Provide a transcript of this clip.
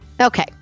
Okay